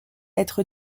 être